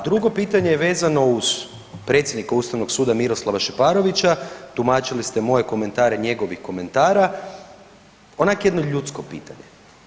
A drugo pitanje je vezano uz predsjednika Ustavno suda Miroslava Šeparovića, tumačili ste moje komentare njegovih komentara, onak jedno ljudsko pitanje.